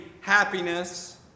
happiness